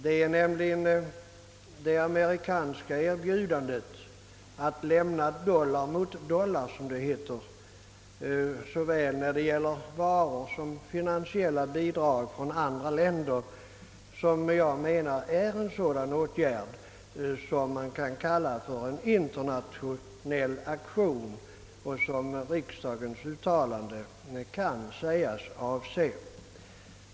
Det är det amerikanska erbjudandet att lämna dollar mot dollar — som det hette — när det gäller såväl varor som finansiella bidrag från andra länder, vilket jag menar är en sådan åtgärd som man kan kalla en internationell aktion i av riksdagen avsedd bemärkelse.